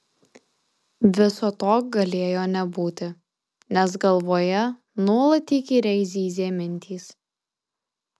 viso to galėjo nebūti nes galvoje nuolat įkyriai zyzė mintys